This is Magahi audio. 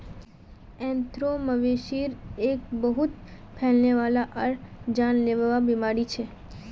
ऐंथ्राक्, मवेशिर एक बहुत फैलने वाला आर जानलेवा बीमारी छ